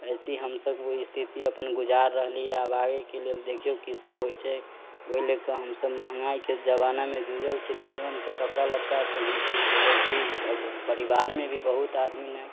ऐसी हमसब स्थिति अपन गुजार रहलीय आब आगे के लेल देखियौ की सब होइ छै ओहि ले कऽ हमसब महँगाइ के जमाना मे जुझल छी तैयो हमसब कपड़ा लत्ता पेनहै छी ओढ़ै छी सब परिवार मे भी बहुत आदमी न